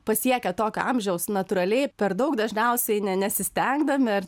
pasiekia tokio amžiaus natūraliai per daug dažniausiai nė nesistengdami ar